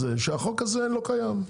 שהחוק הזה לא קיים,